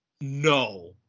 No